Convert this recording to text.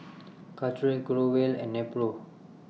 Caltrate Growell and Nepro